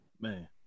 Man